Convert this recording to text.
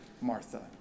Martha